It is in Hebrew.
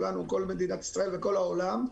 כל מדינת ישראל וכל העולם,